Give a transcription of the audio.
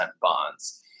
bonds